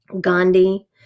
Gandhi